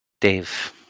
Dave